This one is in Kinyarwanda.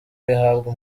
bihabwa